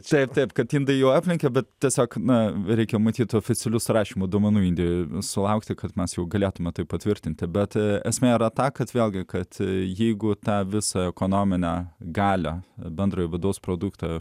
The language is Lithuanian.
taip taip kad indai jų aplenkia bet tiesiog na veikiau matyt oficialius rašymo duomenų indijoj sulaukti kad mes jau galėtumėme tai patvirtinti bet esmė yra ta kad vėlgi kad jeigu tą visą ekonominę galią bendrojo vidaus produkto